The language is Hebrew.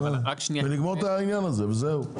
ונגמור את העניין הזה וזהו.